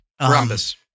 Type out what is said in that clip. Rhombus